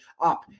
up